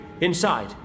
inside